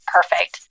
Perfect